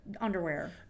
underwear